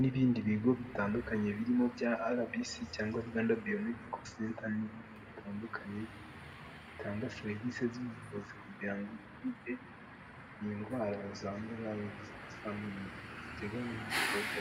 n'ibindi bigo bitandukanye birimo bya arabisi cyangwa rwanda bayomediko senta n'ibindi bitandukanye bitanga serivisi z'ubuvuzi kugira ngo hirindwe indwara zandura ziterwa na mikorobe.